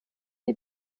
die